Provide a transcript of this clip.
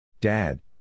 Dad